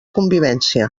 convivència